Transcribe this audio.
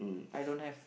I don't have